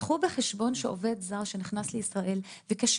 קחו בחשבון שעובד זר שנכנס לישראל וקשה